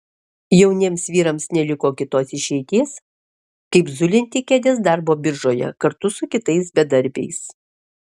jauniems vyrams neliko kitos išeities kaip zulinti kėdes darbo biržoje kartu su kitais bedarbiais